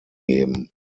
geben